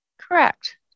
Correct